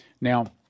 Now